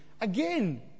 Again